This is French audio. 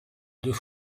deux